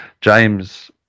James